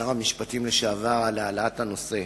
שר המשפטים לשעבר, על העלאת הנושא.